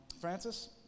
Francis